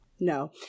No